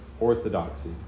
Orthodoxy